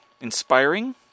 inspiring